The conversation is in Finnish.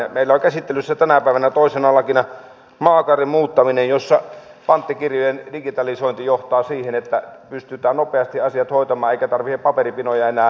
meillä on käsittelyssä tänä päivänä toisena lakina maakaaren muuttaminen jossa panttikirjojen digitalisointi johtaa siihen että pystytään nopeasti asiat hoitamaan eikä tarvitse paperipinoja enää